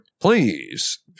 please